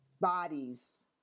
bodies